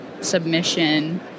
submission